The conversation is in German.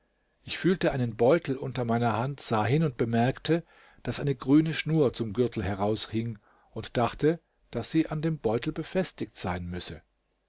ich fühlte einen beutel unter meiner hand sah hin und bemerkte daß eine grüne schnur zum gürtel heraushing und dachte daß sie an dem beutel befestigt sein müsse